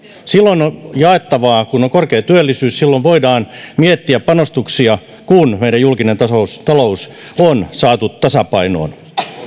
silloin on jaettavaa kun on korkea työllisyys silloin voidaan miettiä panostuksia kun meidän julkinen talous on saatu tasapainoon